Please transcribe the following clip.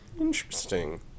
interesting